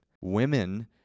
Women